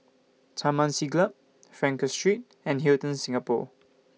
Taman Siglap Frankel Street and Hilton Singapore